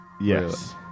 Yes